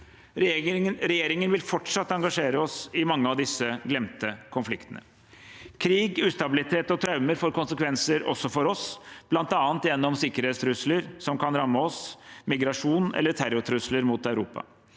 regjeringen vil fortsatt engasjere oss i mange av disse glemte konfliktene. Krig, ustabilitet og traumer får konsekvenser også for oss, bl.a. gjennom sikkerhetstrusler som kan ramme oss, migrasjon eller terrortrusler mot Europa.